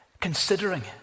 Considering